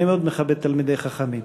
אני מאוד מכבד תלמידי חכמים.